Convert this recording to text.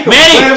Manny